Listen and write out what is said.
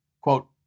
quote